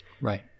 Right